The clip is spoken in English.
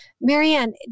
Marianne